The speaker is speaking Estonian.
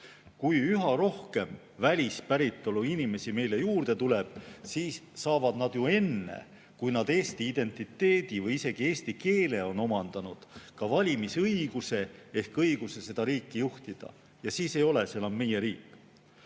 Kui üha rohkem välispäritolu inimesi meile juurde tuleb, siis saavad nad ju enne, kui nad eesti identiteedi või isegi eesti keele on omandanud, ka valimisõiguse ehk õiguse seda riiki juhtida. Ja siis ei ole see enam meie riik.